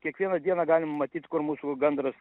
kiekvieną dieną galim matyt kur mūsų gandras